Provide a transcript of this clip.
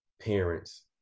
parents